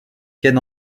ken